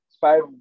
five